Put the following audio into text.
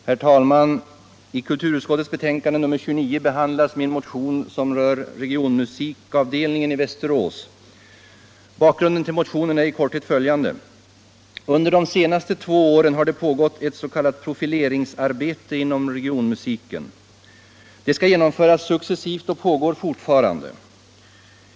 Herr talman! I kulturutskottets betänkande 1975/76:29 behandlas min motion om regionmusikavdelningen i Västerås. Bakgrunden till motionen är i korthet följande. Under de senaste två åren har det pågått ett s.k. profileringsarbete inom regionmusiken. Det skall genomföras successivt och pågår fortfarande.